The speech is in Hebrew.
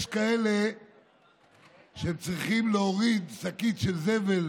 יש כאלה שצריכים להוריד שקית של זבל